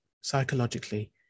psychologically